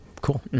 Cool